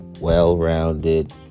well-rounded